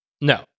No